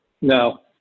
No